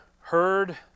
heard